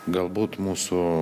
galbūt mūsų